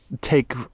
take